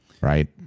Right